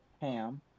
Pam